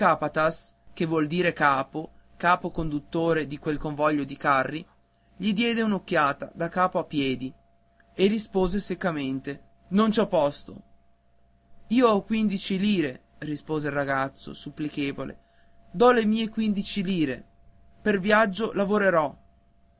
capataz che vuol dir capo il capo conduttore di quel convoglio di carri gli diede un'occhiata da capo a piedi e rispose seccamente non ci ho posto io ho quindici lire rispose il ragazzo supplichevole do le mie quindici lire per viaggio lavorerò